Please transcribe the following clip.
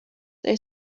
they